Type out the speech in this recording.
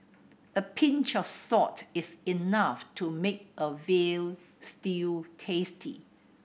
a pinch of salt is enough to make a veal stew tasty